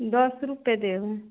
दस रुपै देबै